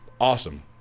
Awesome